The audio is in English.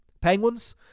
Penguins